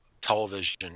television